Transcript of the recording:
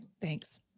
Thanks